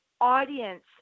audience